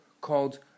called